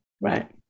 Right